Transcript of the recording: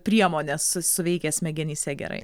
priemonės su suveikė smegenyse gerai